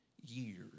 years